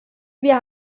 wir